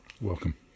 Welcome